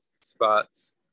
spots